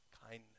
kindness